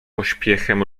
pośpiechem